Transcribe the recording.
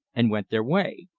and went their way.